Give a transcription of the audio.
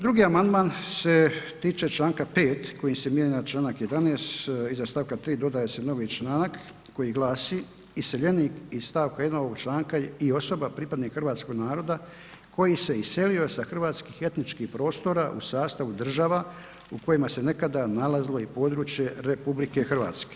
Drugi amandman se tiče Članka 5. kojim se mijenja Članak 11., iza stavka 3. dodaje se novi članak koji glasi: Iseljenik iz stavka 1. ovog članka je i osoba pripadnik hrvatskog naroda koji se iselio sa hrvatskih etničkih prostora u sastavu država u kojima se nekada nalazilo i područje RH.